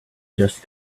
just